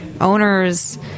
owners